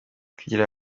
kugira